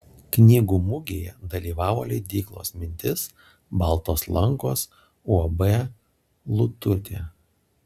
knygų mugėje dalyvavo leidyklos mintis baltos lankos uab lututė